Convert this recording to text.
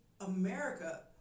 America